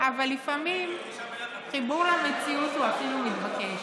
אבל לפעמים חיבור למציאות הוא אפילו מתבקש,